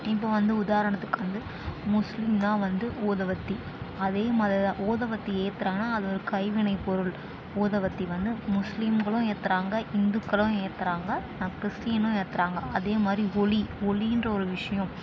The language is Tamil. இப்போ வந்து உதாரணத்துக்கு வந்து முஸ்லீம் தான் வந்து ஊதுவத்தி அதே மதம் தான் ஊதுவத்தி ஏற்றுறாங்கனா அது ஒரு கைவினை பொருள் ஊதுவத்தி வந்து முஸ்லீம்களும் ஏற்றுறாங்க இந்துக்களும் ஏற்றுறாங்க கிறிஸ்டினும் ஏற்றுறாங்க அதே மாதிரி ஒளி ஒளிகிற ஒரு விஷயம்